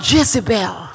Jezebel